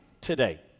today